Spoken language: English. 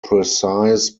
precise